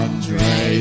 Andre